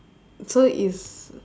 so it's